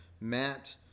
Matt